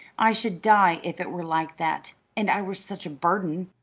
i should die if it were like that, and i were such a burden.